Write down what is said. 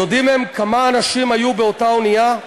היודעים הם כמה אנשים היו באותה אונייה?